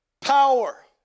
power